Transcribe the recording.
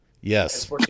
Yes